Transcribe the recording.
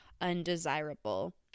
undesirable